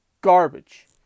garbage